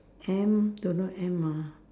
M don't know M ah